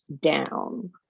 down